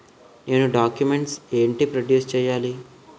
నేను డాక్యుమెంట్స్ ఏంటి ప్రొడ్యూస్ చెయ్యాలి?